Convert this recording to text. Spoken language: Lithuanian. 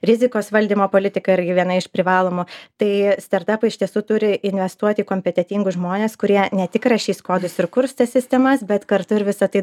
rizikos valdymo politika irgi viena iš privalomo tai startapai iš tiesų turi investuoti kompetentingus žmones kurie ne tik rašys kodus ir kurs tas sistemas bet kartu ir visa tai